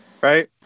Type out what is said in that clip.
right